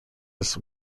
his